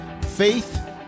faith